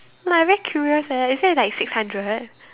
but I very curious eh is it like six hundred